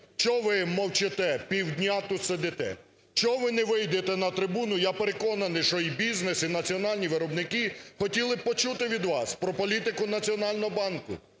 Чого ви мовчите, півдня тут сидите? Чого ви не вийдете на трибуну? Я переконаний, що і бізнес, і національні виробники хотіли почути від вас про політику Національного банку.